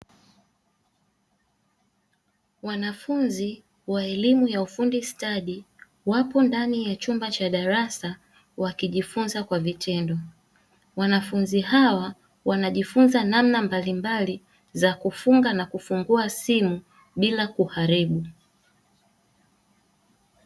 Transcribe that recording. Wanafunzi wa elimu ya ufundi stadi wapo ndani ya chumba cha darasa wakijifunza kwa vitendo, wanafunzi hawa wanajifunza namna mbalimbali za kufunga na kufungua simu bila kuharibu.